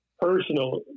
personal